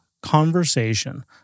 conversation